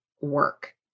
work